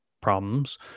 problems